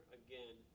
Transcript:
again